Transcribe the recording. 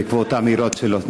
בעקבות האמירות שלו.